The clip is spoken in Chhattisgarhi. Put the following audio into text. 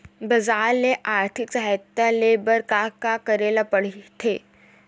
बजार ले आर्थिक सहायता ले बर का का करे ल पड़थे?